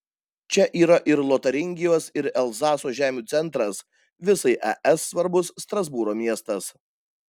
čia yra ir lotaringijos ir elzaso žemių centras visai es svarbus strasbūro miestas